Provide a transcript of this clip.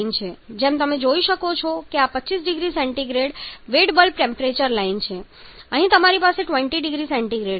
જેમ તમે જોઈ શકો છો કે આ 25 0C wet bulb temperature line છે અહીં તમારી પાસે 20 0C છે